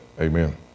amen